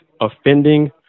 offending